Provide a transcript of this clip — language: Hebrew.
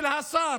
של השר